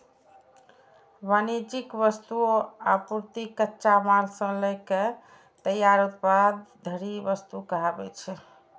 वाणिज्यिक वस्तु, आपूर्ति, कच्चा माल सं लए के तैयार उत्पाद धरि वस्तु कहाबै छै